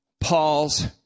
Paul's